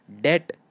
Debt